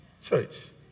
church